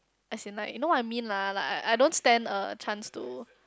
as in like you know what I mean lah like I don't stand a chance to